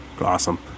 awesome